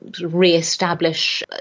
re-establish